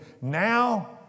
Now